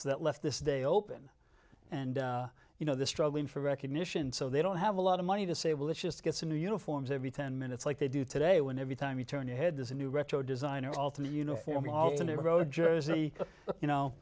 so that left this day open and you know the struggling for recognition so they don't have a lot of money to say well let's just get some new uniforms every ten minutes like they do today when every time you turn your head there's a new retro design or alternate uniform alternate road jersey you know